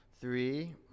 Three